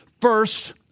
first